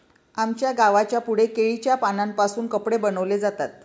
आमच्या गावाच्या पुढे केळीच्या पानांपासून कपडे बनवले जातात